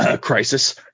Crisis